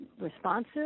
responsive